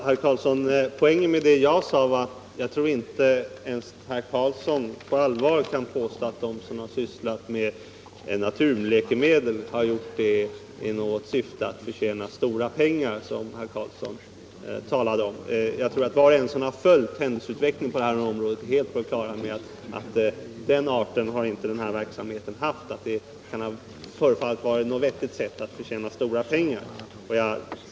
Herr talman! Poängen i vad jag sade, herr Karlsson i Huskvarna, är att jag inte tror att ens herr Karlsson själv på allvar kan påstå att de som har sysslat med naturläkemedel har gjort det i syfte att tjäna stora pengar, som herr Karlsson talade om. Var och en som har följt händelseutvecklingen på det här området är säkert helt på det klara med att verksamheten inte har varit av den arten, att det förefallit vara något vettigt sätt att tjäna stora pengar.